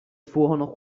furono